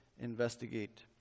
investigate